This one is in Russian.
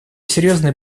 серьезное